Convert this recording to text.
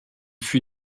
fut